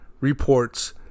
reports